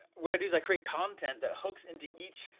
what i do is i create content that hooks into each,